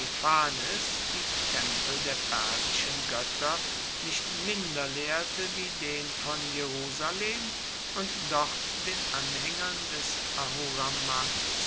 antiochos epiphanes die tempel der persischen götter nicht minder leerte wie den von jerusalem und dort den anhängern des